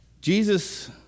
Jesus